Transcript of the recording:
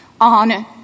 on